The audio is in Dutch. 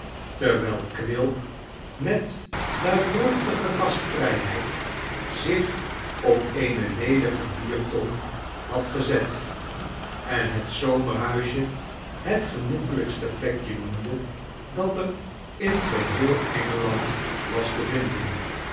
terwijl quilp met luidruchtige gastvrijheid zich op eene ledige bierton had gezet en het zomerhuisje het genoeglijkste plekje noemde dat er in geheel engeland was te vinden